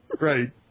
Right